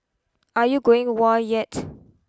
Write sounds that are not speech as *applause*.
are you going whoa yet *noise*